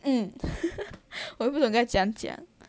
mm 我都不懂该怎样讲